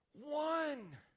one